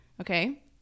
Okay